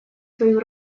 свою